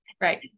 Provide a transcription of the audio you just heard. Right